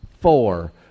Four